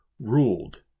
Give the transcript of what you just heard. ruled